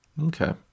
Okay